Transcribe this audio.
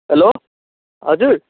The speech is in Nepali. हेलो हजुर